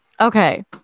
Okay